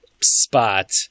spot